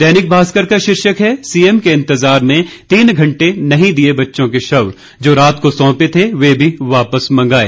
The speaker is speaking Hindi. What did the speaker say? दैनिक भास्कर का शीर्षक है सीएम के इंतजार में तीन घंटे नहीं दिए बच्चों के शव जो रात को सौंपे थे वे भी वापस मंगाए